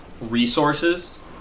resources